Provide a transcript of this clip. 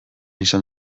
izan